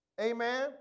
amen